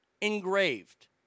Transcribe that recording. engraved